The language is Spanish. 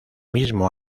mismo